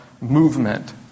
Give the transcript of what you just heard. movement